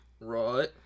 Right